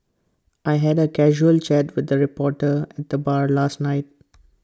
I had A casual chat with A reporter at the bar last night